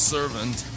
Servant